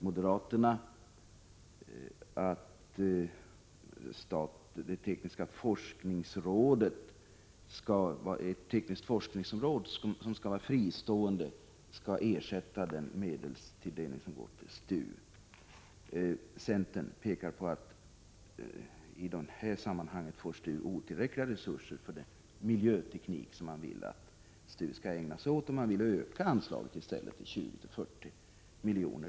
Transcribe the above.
Moderaterna vill att ett fristående tekniskt forskningsråd skall inrättas med medel som nu går till STU. Centern pekar på att STU här får otillräckliga resurser för den miljötekniska forskning som de vill att STU skall ägna sig åt och vill i stället öka anslaget när det gäller detta område, som beräknas behöva 2040 milj.kr.